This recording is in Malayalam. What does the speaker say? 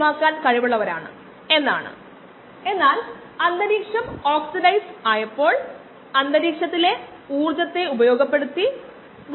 അതിനാൽ ln 2 by 0